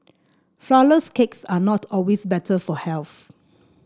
flourless cakes are not always better for health